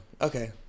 okay